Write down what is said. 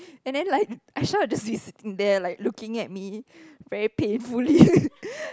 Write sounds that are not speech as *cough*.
and then like Aisha will just be sitting there like looking at me very painfully *laughs*